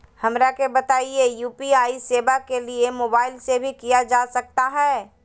हमरा के बताइए यू.पी.आई सेवा के लिए मोबाइल से भी किया जा सकता है?